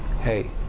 hey